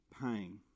pain